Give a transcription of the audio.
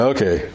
Okay